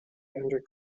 under